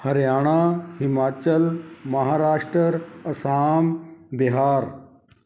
Haryana Himachal Maharashtra Assam Bihar